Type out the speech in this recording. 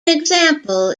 example